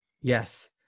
yes